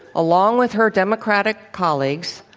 along with her democratic colleagues,